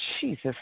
Jesus